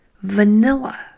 Vanilla